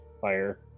fire